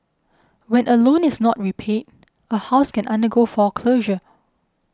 when a loan is not repaid a house can undergo foreclosure